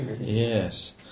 Yes